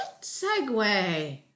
segue